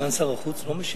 סגן שר החוץ לא משיב?